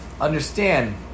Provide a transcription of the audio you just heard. Understand